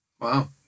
Wow